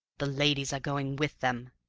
the ladies are going with them,